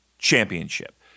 championship